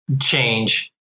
change